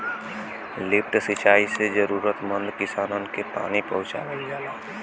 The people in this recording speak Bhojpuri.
लिफ्ट सिंचाई से जरूरतमंद किसानन के पानी पहुंचावल जाला